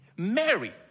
Mary